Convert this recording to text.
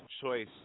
choice